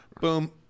boom